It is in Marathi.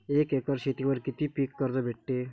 एक एकर शेतीवर किती पीक कर्ज भेटते?